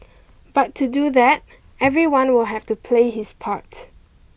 but to do that everyone will have to play his part